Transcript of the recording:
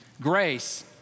Grace